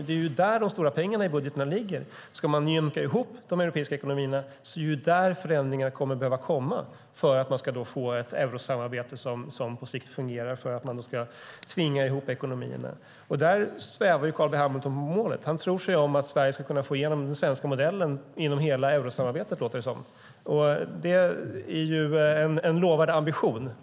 Det är där de stora pengarna i budgetarna ligger. Om man ska jämka ihop de europeiska ekonomierna är det på dessa områden som förändringar behöver ske för att få ett eurosamarbete som fungerar på sikt, alltså genom att man tvingar ihop ekonomierna. Där svävar Carl B Hamilton på målet. Det låter som om han tror att Sverige ska kunna få igenom den svenska modellen inom hela eurosamarbetet. Det är en lovvärd ambition.